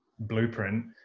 blueprint